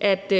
at